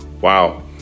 wow